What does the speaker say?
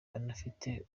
banafite